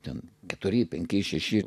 ten keturi penki šeši